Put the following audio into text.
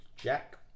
Jack